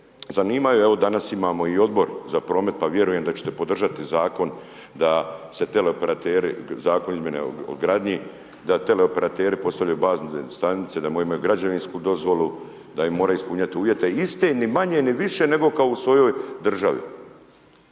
zanimaju. Evo, danas imamo i Odbor za promet, pa vjerujem da ćete podržati Zakon da se tele operateri Zakon izmjene o gradnji, da tele operateri postavljaju bazne stanice, da moji imaju građevinsku dozvolu, da moraju ispunjati uvjete, iste ni manje, ni više, nego kao u svojoj državi.